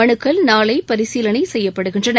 மனுக்கள் நாளை பரிசீலனை செய்யப்படுகின்றன